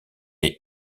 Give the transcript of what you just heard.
les